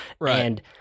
Right